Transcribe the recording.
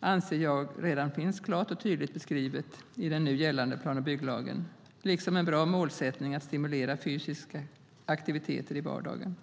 anser jag redan finns klart och tydligt beskrivet i den nu gällande plan och bygglagen, liksom en bra målsättning att stimulera till fysiska aktiviteter i vardagen.